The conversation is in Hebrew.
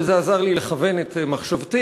וזה עזר לי לכוון את מחשבתי,